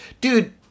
dude